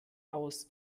aus